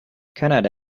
canada